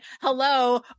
hello